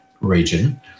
region